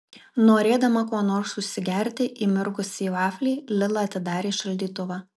norėdama kuo nors užsigerti įmirkusį vaflį lila atidarė šaldytuvą